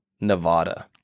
Nevada